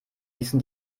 ließen